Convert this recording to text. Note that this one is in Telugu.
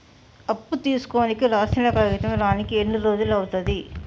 అప్పు తీసుకోనికి రాసిన కాగితం రానీకి ఎన్ని రోజులు అవుతది?